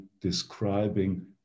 describing